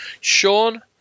Sean